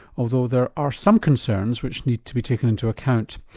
although there are some concerns which need to be taken into account.